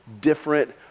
different